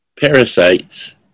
Parasites